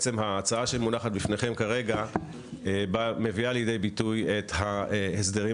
ההצעה שמונחת בפניכם כרגע מביאה לידי ביטוי את ההסדרים